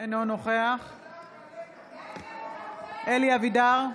אינו נוכח אלי אבידר,